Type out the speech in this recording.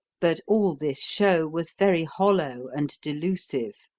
but all this show was very hollow and delusive.